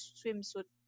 swimsuit